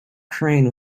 crane